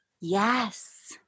Yes